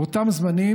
באותם זמנים,